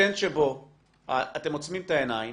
הפטנט שבו אתם עוצמים את העיניים